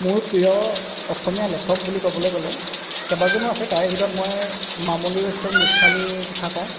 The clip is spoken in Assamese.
মোৰ প্ৰিয় অসমীয়া লেখক বুলি ক'বলৈ গ'লে কেবাজনো আছে তাৰে ভিতৰত মই মামণি ৰয়চম গোস্বামীৰ কথা কওঁ